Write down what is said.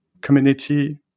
community